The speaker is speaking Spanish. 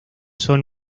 son